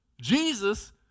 Jesus